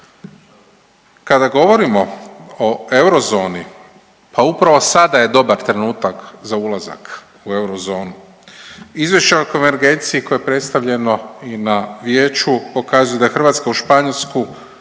Kada govorimo o eurozoni, pa upravo sada je dobar trenutak za ulazak u eurozonu. Izvješće o konvergenciji koje je predstavljeno i na Vijeću pokazuje da je Hrvatska uz Španjolsku